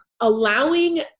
allowing